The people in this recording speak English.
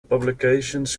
publications